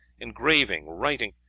engraving, writing,